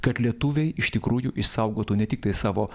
kad lietuviai iš tikrųjų išsaugotų ne tiktai savo